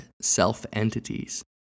self-entities